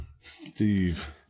Steve